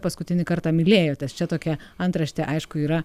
paskutinį kartą mylėjotės čia tokia antrašte aišku yra